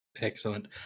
Excellent